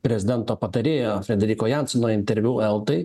prezidento patarėjo frederiko jansono interviu eltai